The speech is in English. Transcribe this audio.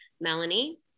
Melanie